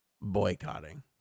boycotting